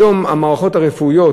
היום המערכות הרפואיות,